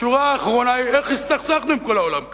השורה האחרונה היא איך הסתכסכנו עם כל העולם כך.